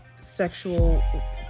sexual